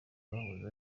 bahoze